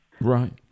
Right